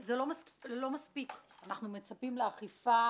אנחנו מצפים לאכיפה